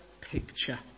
picture